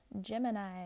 Gemini